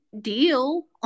deal